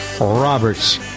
Roberts